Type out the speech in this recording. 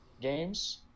games